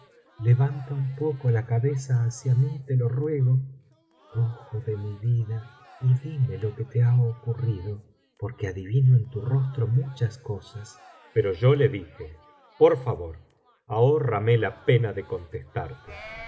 levanta un poco la cabeza hacia mí te lo ruego ojo de mi vida y dime lo que te ha ocurrido porque adivino biblioteca valenciana generalitat valenciana las mil noches y una noche eu tu rostro muchas cosas pero yo le dije por favor ahórrame la pena de contestarte